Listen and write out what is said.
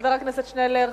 חבר הכנסת שנלר.